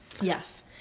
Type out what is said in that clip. Yes